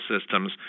systems